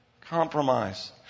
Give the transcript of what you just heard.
compromise